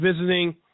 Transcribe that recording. visiting